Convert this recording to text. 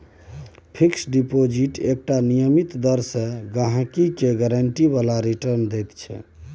fix deposit एकटा नियमित दर सँ गहिंकी केँ गारंटी बला रिटर्न दैत छै